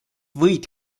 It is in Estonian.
võid